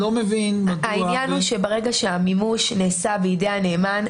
העניין הוא שברגע שהמימוש נעשה בידי הנאמן,